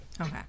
Okay